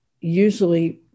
usually